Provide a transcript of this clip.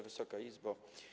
Wysoka Izbo!